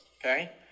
okay